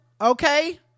Okay